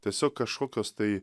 tiesiog kažkokios tai